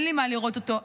אין לי מה לראות אותו,